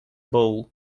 bowl